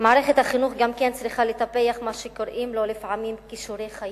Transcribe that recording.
מערכת החינוך צריכה גם לטפח את מה שקוראים לו לפעמים "כישורי חיים"